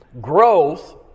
Growth